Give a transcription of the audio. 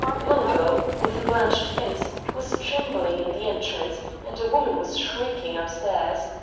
mungo, with a blanched face, was trembling in the entrance, and a woman was shrieking upstairs.